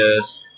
Yes